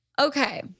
Okay